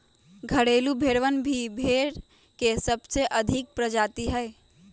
घरेलू भेड़वन भी भेड़ के सबसे अधिक प्रजाति हई